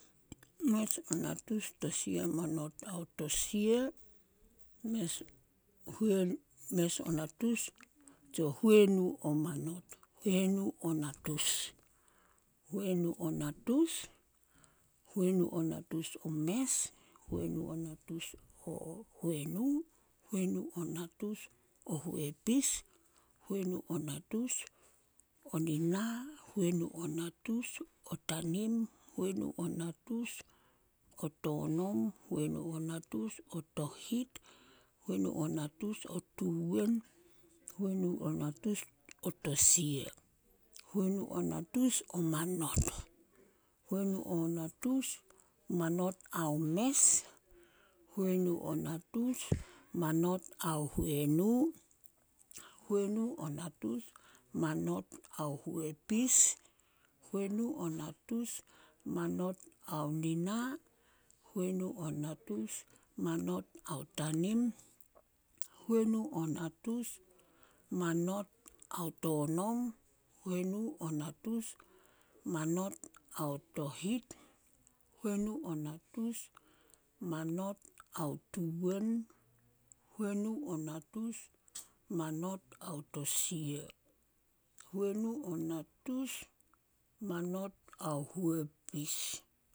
﻿Mes o natus tosia manot ao tosia, huenu o natus, huenu o natus o mes, huenu o natus o huenu, huenu o natus o huepis, huenu o natus o nina, huenu o natus o tanim, huenu o natus o tonom, huenu o natus o tohit, huenu o natus o tuwen, huenu o natus o tosia, huenu o natus o manot, huenu o natus manot ao mes, huenu o natus manot ao huenu, huenu o natus manot ao huepis, huenu o natus manot ao nina, huenu o natus manot ao tanim, huenu o natus manot ao tonom, huenuu o natus manot ao tohit, huenu o natus manot ao tuwen, huenu o natus manot ao tosia, huenu o natus manot ao huepis.